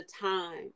time